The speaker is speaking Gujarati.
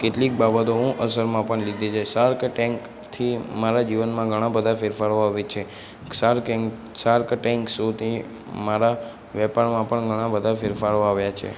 કેટલીક બાબતો હું અસરમાં પણ લીધી છે સાર્ક ટેન્કથી મારાં જીવનમાં ઘણા બધા ફેરફારો આવે છે સાર્કેન્ક સાર્ક ટેન્ક શોથી મારા વેપારમાં પણ ઘણા બધા ફેરફારો આવ્યા છે